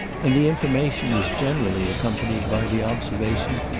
and the information was generally accompanied by the observation,